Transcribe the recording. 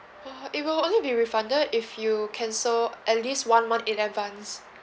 uh it will only be refunded if you cancel at least one month in advance